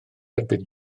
erbyn